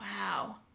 Wow